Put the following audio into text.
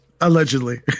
Allegedly